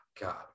God